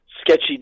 sketchy